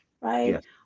right